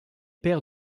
pairs